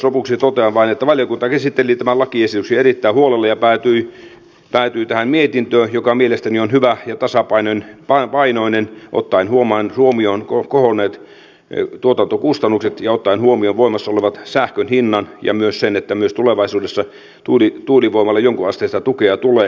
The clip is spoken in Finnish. lopuksi totean vain että valiokunta käsitteli tämän lakiesityksen erittäin huolella ja päätyi tähän mietintöön joka mielestäni on hyvä ja tasapainoinen ottaen huomioon suomen kohonneet tuotantokustannukset ja ottaen huomioon voimassa olevansähkönhinnan ja myös sen että myös tulevaisuudessa tuulivoimalle jonkunasteista tukea tulee